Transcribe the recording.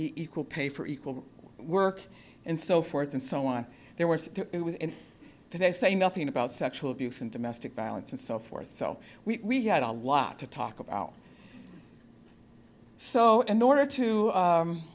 equal pay for equal work and so forth and so on they're worse when they say nothing about sexual abuse and domestic violence and so forth so we had a lot to talk about so in order to